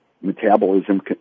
Metabolism